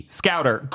scouter